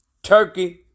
Turkey